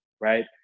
right